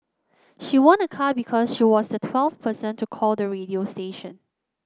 she won a car because she was the twelfth person to call the radio station